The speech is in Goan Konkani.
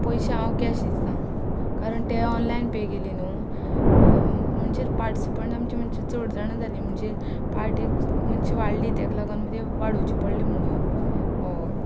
पयशे हांव कॅश दिशता कारण तें ऑनलायन पे केली न्हू होय म्हणजे पार्टिसिप आमचे मात्शे चड जाणां जाली म्हणजे पार्टेक मनश्या वाडली तेका लागोन मदी वाडोवची पडली म्हणून होय